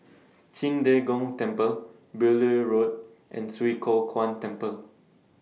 Qing De Gong Temple Beaulieu Road and Swee Kow Kuan Temple